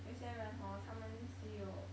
有些人 hor 他们只有